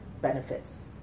benefits